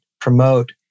promote